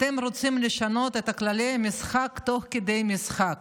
אתם רוצים לשנות את כללי המשחק תוך כדי משחק,